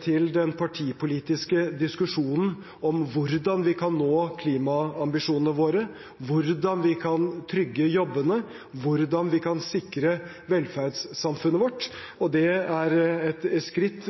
til den partipolitiske diskusjonen om hvordan vi kan nå klimaambisjonene våre, hvordan vi kan trygge jobbene, og hvordan vi kan sikre velferdssamfunnet vårt. Det er et skritt